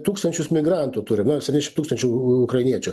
tūkstančius migrantų turim na septyniašim tūkstančių ukrainiečių